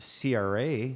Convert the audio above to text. CRA